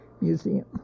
museum